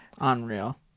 Unreal